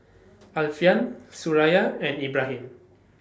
Alfian Suraya and Ibrahim